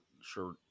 sure